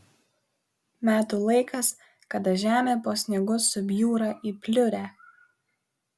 metų laikas kada žemė po sniegu subjūra į pliurę